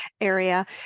area